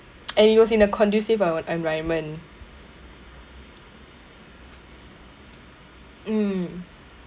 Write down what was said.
and it was in a conducive uh environment mm